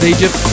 Egypt